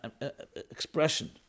expression